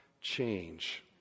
change